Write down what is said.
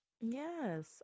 Yes